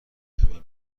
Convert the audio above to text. کمی